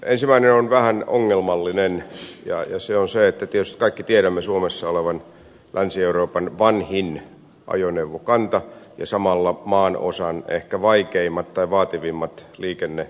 ensimmäinen on vähän ongelmallinen ja se on se että tietysti kaikki tiedämme suomessa olevan länsi euroopan vanhin ajoneuvokanta ja samalla maanosan ehkä vaikeimmat tai vaativimmat liikenneolosuhteet